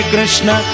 Krishna